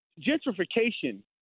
gentrification